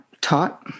taught